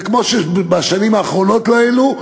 וכמו שבשנים האחרונות לא העלו,